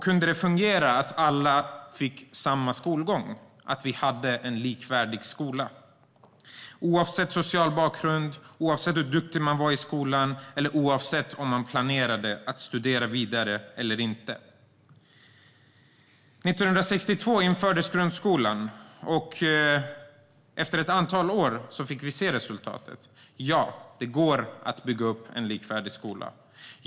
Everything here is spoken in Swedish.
Kunde det fungera att alla fick samma skolgång, att vi hade en likvärdig skola oavsett social bakgrund, oavsett hur duktig man var i skolan och oavsett om man planerade att studera vidare eller inte? År 1962 infördes som sagt grundskolan. Efter ett antal år såg vi resultatet. Ja, det går att bygga upp en likvärdig skola.